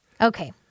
okay